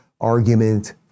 argument